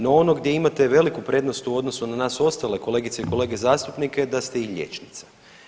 No, ono gdje imate veliku prednost u odnosu na ostale kolegice i kolege zastupnike je da ste i liječnica.